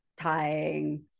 tying